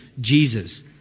Jesus